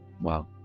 Wow